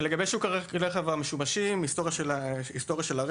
לגבי שוק הרכבים המשומשים וההיסטוריה של הרכב.